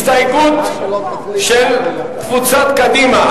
הסתייגות של קבוצת קדימה.